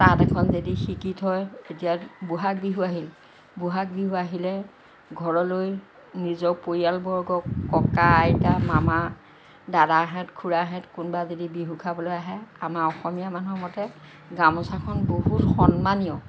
তাঁত এখন যদি শিকি থয় তেতিয়া বহাগ বিহু আহিল বহাগ বিহু আহিলে ঘৰলৈ নিজৰ পৰিয়ালবৰ্গক ককা আইতা মামা দাদাহঁত খুৰাহঁত কোনোবা যদি বিহু খাবলৈ আহে আমাৰ অসমীয়া মানুহৰ মতে গামোছাখন বহুত সন্মানীয়